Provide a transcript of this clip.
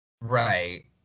Right